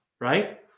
right